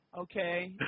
Okay